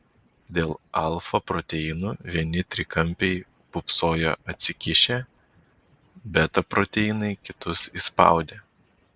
dėl alfa proteinų vieni trikampiai pūpsojo atsikišę beta proteinai kitus įspaudė